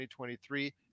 2023